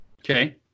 Okay